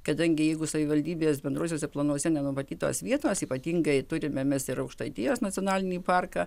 kadangi jeigu savivaldybės bendruosiuose planuose nenumatytos vietos ypatingai turime mes ir aukštaitijos nacionalinį parką